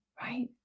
right